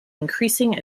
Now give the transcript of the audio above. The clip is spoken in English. increasing